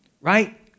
right